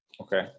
Okay